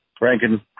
Rankin